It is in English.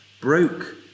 broke